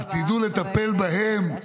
תודה רבה, חבר הכנסת אשר.